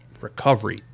recovery